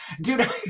Dude